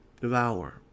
devour